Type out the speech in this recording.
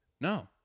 no